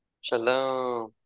Shalom